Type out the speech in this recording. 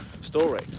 story